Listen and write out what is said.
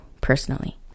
personally